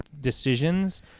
decisions